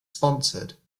sponsored